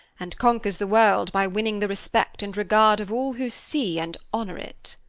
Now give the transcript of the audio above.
and conquers the world by winning the respect and regard of all who see and honor it?